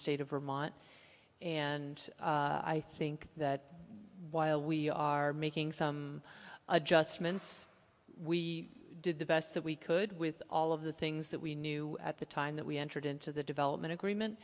state of vermont and i think that while we are making some adjustments we did the best that we could with all of the things that we knew at the time that we entered into the development agreement